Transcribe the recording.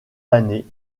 années